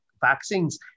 vaccines